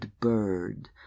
bird